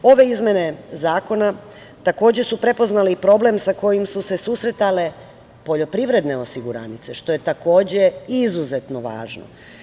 Ove izmene zakona takođe su prepoznale problem sa kojim su se susretale poljoprivredne osiguranice, što je takođe izuzetno važno.